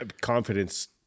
Confidence